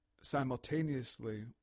simultaneously